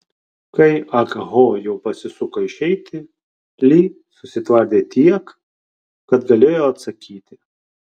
kai ah ho jau pasisuko išeiti li susitvardė tiek kad galėjo atsakyti